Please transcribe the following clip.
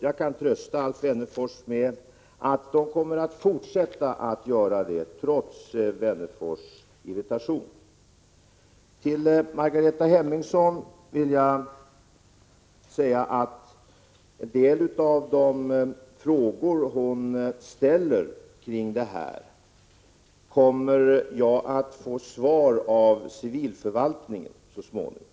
Jag kan trösta Wennerfors med att staten kommer att fortsätta att göra det, trots Wennerfors irritation. Till Margareta Hemmingsson vill jag säga att en del av de frågor hon ställer kommer jag att få svar på av försvarets civilförvaltning så småningom.